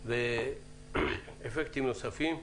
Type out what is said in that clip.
ואפקטים נוספים.